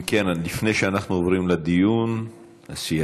אם כן, לפני שאנחנו עוברים לדיון הסיעתי,